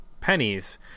pennies